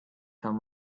come